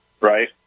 right